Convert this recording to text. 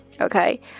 okay